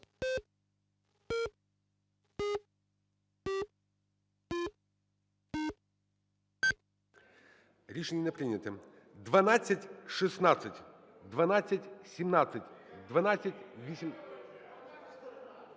Рішення не прийнято.